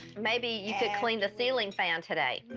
maybe you could clean the ceiling fan today.